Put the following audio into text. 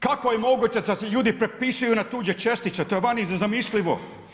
Kako je moguće da ljudi prepisuju na tuđe čestice, to je vani nezamislivo.